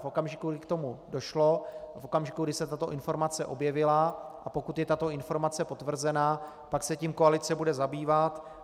V okamžiku, kdy k tomu došlo, v okamžiku, kdy se tato informace objevila, a pokud je tato informace potvrzena, pak se tím koalice bude zabývat.